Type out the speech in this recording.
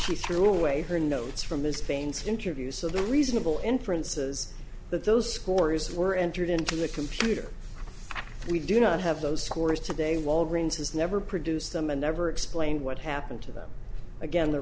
she threw away her notes from his feints interview so the reasonable inferences that those scores were entered into the computer we do not have those scores today walgreens has never produced them and never explained what happened to them again the